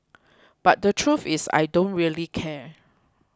but the truth is I don't really care